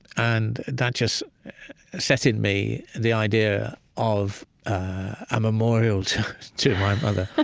and that just set in me the idea of a memorial to to my mother.